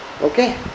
okay